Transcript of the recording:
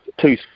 two